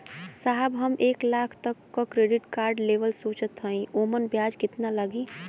साहब हम एक लाख तक क क्रेडिट कार्ड लेवल सोचत हई ओमन ब्याज कितना लागि?